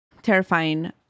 terrifying